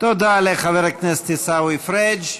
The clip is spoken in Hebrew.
תודה לחבר הכנסת עיסאווי פריג'.